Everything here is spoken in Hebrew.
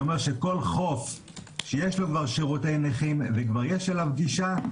זה אומר שכל חוף שיש לו כבר שירותי נכים וכבר יש אליו גישה,